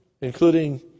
including